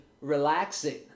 relaxing